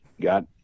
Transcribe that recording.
got